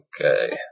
Okay